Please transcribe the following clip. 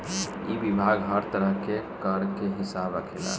इ विभाग हर तरह के कर के हिसाब रखेला